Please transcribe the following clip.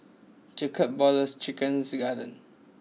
Jacob Ballas Chicken's Garden